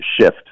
shift